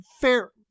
Fair